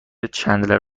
چندلر